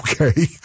okay